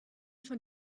von